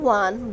one